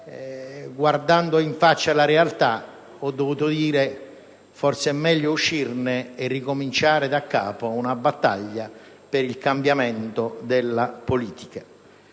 guardando in faccia la realtà, ho ritenuto che fosse meglio uscire e ricominciare da capo una battaglia per il cambiamento della politica.